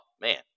man